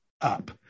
up